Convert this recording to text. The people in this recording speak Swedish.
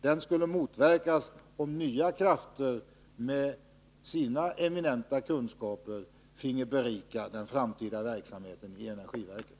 Den skulle motverkas, om nya krafter med sina eminenta kunskaper finge berika den framtida verksamheten vid energiverket.